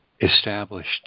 established